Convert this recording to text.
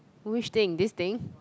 which thing this thing